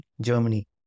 Germany